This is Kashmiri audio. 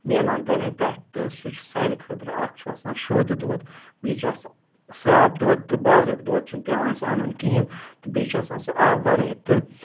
مِلان تَمے پٮ۪ٹھ تہٕ سُہ چھِ سانہِ خٲطرٕ اَکھ چھُ آسان شوٚد دۄد بیٚیہِ چھِ آسان صاف دۄد تہٕ بازرُک دۄد چھِنہٕ پٮ۪وان اَسہِ اَنُن کِہیٖنۍ تہٕ بیٚیہِ چھِ آسان سُہ آب وَرٲے تہٕ